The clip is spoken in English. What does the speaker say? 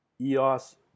EOS